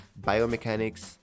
biomechanics